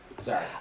Sorry